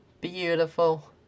Beautiful